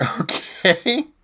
Okay